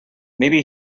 maybe